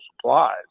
supplies